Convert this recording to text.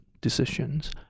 decisions